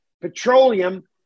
petroleum